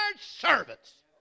servants